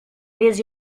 les